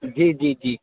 جی جی جی